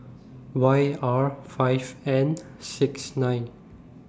Y R five N six nine